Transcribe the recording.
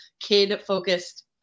kid-focused